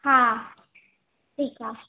हा ठीकु आहे